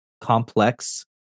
complex